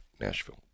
Nashville